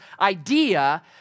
idea